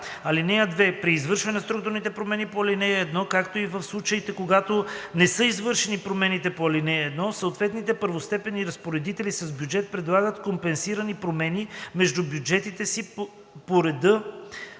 така: „(2) При извършване на структурните промени по ал. 1, както и в случаите, когато не са извършени промените по ал. 1, съответните първостепенни разпоредители с бюджет предлагат компенсирани промени между бюджетите си по реда